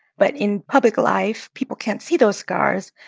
but in public life, people can't see those scars.